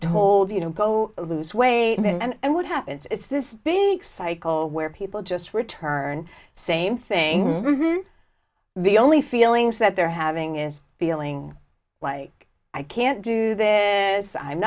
told you don't go lose weight and what happens it's this big cycle where people just return same thing the only feelings that they're having is feeling like i can't do this